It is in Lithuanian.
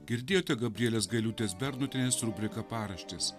girdėjote gabrielės gailiūtės bernotienės rubriką paraštės